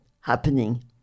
happening